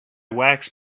wax